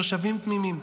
תושבים תמימים.